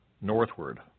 northward